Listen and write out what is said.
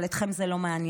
אבל אתכם זה לא מעניין.